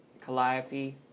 Calliope